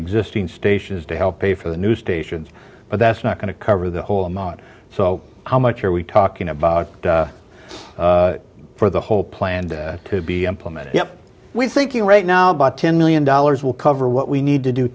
existing stations to help pay for the new stations but that's not going to cover the whole amount so how much are we talking about for the whole plan to be implemented yet we're thinking right now about ten million dollars will cover what we need to do